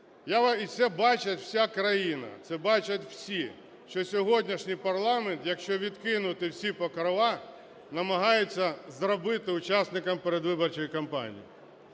І це бачить вся країна, це бачать всі. Що сьогоднішній парламент, якщо відкинути всі покрови, намагаються зробити учасником передвиборчої кампанії.